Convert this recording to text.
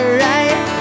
right